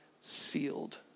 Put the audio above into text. sealed